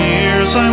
years